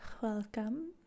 welcome